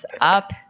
up